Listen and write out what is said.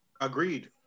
Agreed